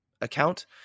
account